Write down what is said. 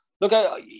Look